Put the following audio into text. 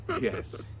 yes